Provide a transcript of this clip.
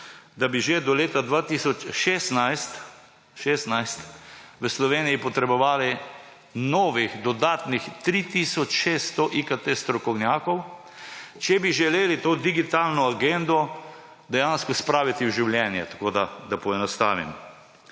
da bi že do leta 2016 – 2016! – v Sloveniji potrebovali novih dodatnih 3 tisoč 600 IKT strokovnjakov, če bi želeli to digitalno agendo dejansko spraviti v življenje. Da poenostavim.